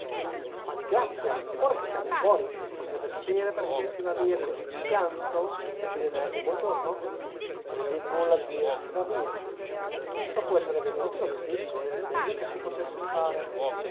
ma di grazia ora che siamo fuori si potrebbe sapere perchè si va via così di schianto senza dire neanche buon giorno non dir nulla zio si va via dopo essere venuti lo capisco era il meglio che si potesse fare